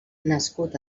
nascut